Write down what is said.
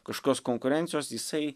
kažkios konkurencijos jisai